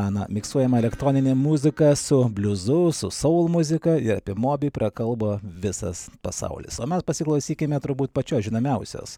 na miksuojama elektroninė muzika su bliuzu su sol muzika ir apie mobi prakalbo visas pasaulis tuomet pasiklausykime turbūt pačios žinomiausios